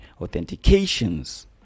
authentications